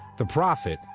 the prophet,